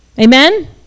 Amen